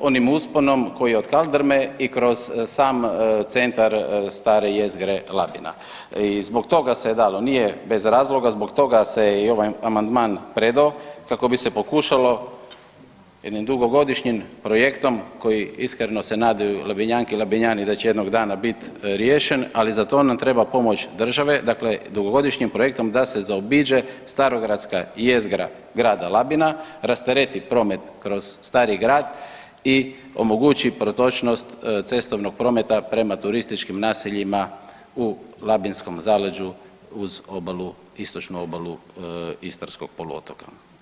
onim usponom koji je od kaldrme i kroz sam centar stare jezgre Labina i zbog toga se dalo, nije bez razloga, zbog toga se je i ovaj amandman predao kako bi se pokušalo jednim dugogodišnjim projektom koji iskreno se nadaju Labinjanke i Labinjani da će jednog dana biti riješen, ali za to nam treba pomoć države, dakle dugogodišnjim projektom da se zaobiđe starogradska jezgra grada Labina, rastereti promet kroz stari grad i omogući protočnost cestovnog prometa prema turističkim naseljima u labinskom zaleđu uz obalu, istočnu obalu istarskog poluotoka.